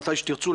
מתי שתרצו,